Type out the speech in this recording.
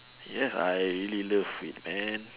yes I really love it man